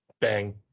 bang